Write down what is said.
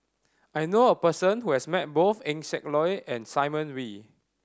I know a person who has met both Eng Siak Loy and Simon Wee